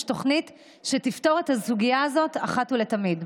תוכנית שתפתור את הסוגיה הזאת אחת ולתמיד.